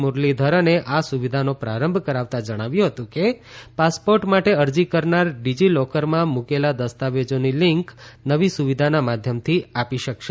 મુરલીધરને આ સુવિધાનો પ્રારંભ કરાવતા જણાવ્યું હતું કે પાસપોર્ટ માટે અરજી કરનાર ડીજીલોકરમાં મુકેલા દસ્તાવેજોની લીંક નવી સુવિધાના માધ્યમથી આપી શકશે